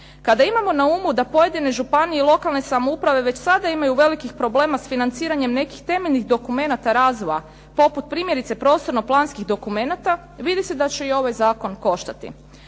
Kada imamo na umu da pojedine županije i lokalne samouprave već sada imaju velikih problema s financiranjem nekih temeljnih dokumenata razvoja, poput primjerice prostorno-planskih dokumenata vidi se da će i ovaj zakon koštati.